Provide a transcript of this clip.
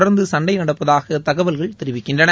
தொடர்ந்து சண்டை நடப்பதாக தகவல்கள் தெரிவிக்கின்றன